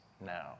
now